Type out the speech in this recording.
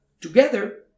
together